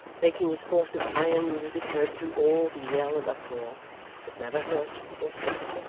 making his horse's iron music heard through all the yell and uproar but never hurt or stopped.